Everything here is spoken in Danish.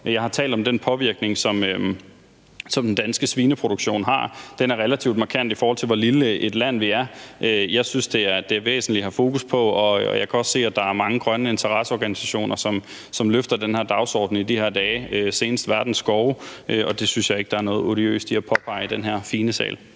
jeg har talt om den påvirkning, som den danske svineproduktion har. Den er relativt markant, i forhold til hvor lille et land vi er. Jeg synes, dét er væsentligt at have fokus på, og jeg kan også se, at der er mange grønne interesseorganisationer, som løfter den her dagsorden i de her dage, senest Verdens Skove, og det synes jeg ikke der er noget odiøst i at påpege i den her fine sal.